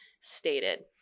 stated